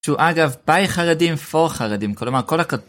שהוא אגב ביי חרדים פור חרדים כלומר כל הכבוד